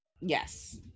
Yes